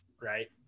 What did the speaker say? Right